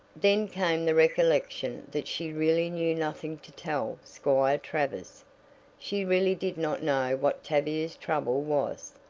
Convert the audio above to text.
then came the recollection that she really knew nothing to tell squire travers she really did not know what tavia's trouble was.